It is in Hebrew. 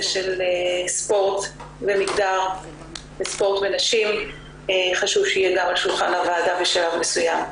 של ספורט ומגדר וספורט ונשים חשוב שיהיה גם על שולחן הוועדה בשלב מסוים.